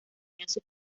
sus